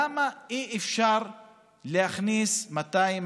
למה אי-אפשר להכניס 200,